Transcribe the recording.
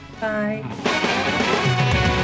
Bye